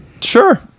Sure